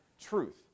truth